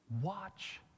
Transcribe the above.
Watch